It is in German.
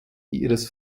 ihres